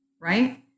right